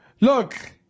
look